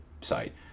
site